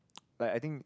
like I think